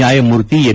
ನ್ಯಾಯಮೂರ್ತಿ ಎನ್